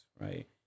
right